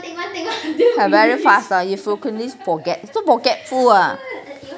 very fast hor if you frequently forgot so forgetful ah